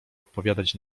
odpowiadać